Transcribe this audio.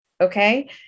okay